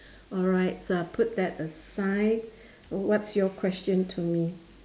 alright so I'll put that aside what's your question to me